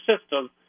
system